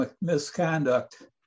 misconduct